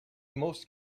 most